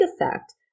effect